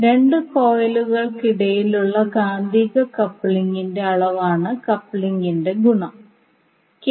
രണ്ട് കോയിലുകൾക്കിടയിലുള്ള കാന്തിക കപ്ലിംഗിന്റെ അളവാണ് കപ്ലിംഗിന്റെ ഗുണകം